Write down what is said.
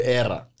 era